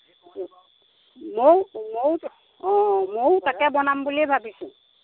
ময়ো ময়ো অ ময়ো তাকে বনাম বুলি ভাবিছোঁ